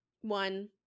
one